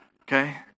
okay